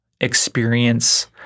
experience